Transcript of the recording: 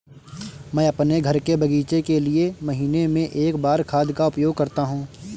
मैं अपने घर के बगीचे के लिए महीने में एक बार खाद का उपयोग करता हूँ